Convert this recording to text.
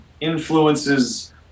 influences